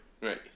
right